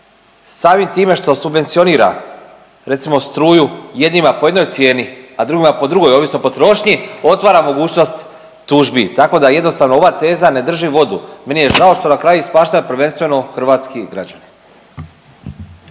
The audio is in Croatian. samim time što subvencionira recimo struju jednima po jednoj cijeni, a drugima po drugoj, ovisno o potrošnji, otvara mogućnost tužbi, tako da jednostavno ova teza ne drži vodu. Meni je žao što na kraju ispaštaju prvenstveno hrvatski građani.